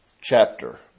chapter